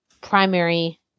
primary